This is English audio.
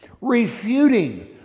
refuting